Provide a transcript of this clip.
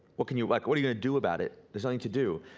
what can you, like what are you gonna do about it? there's nothing to do.